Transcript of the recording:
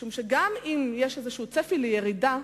משום שגם אם יש איזה צפי לירידה,